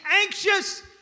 anxious